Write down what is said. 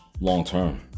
long-term